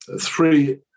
three